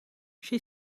she